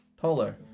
taller